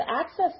access